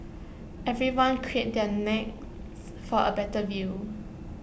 everyone craned their necks for A better view